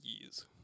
years